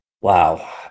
Wow